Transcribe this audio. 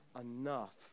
enough